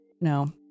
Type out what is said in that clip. no